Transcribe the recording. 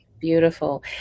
Beautiful